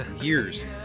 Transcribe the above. years